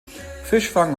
fischfang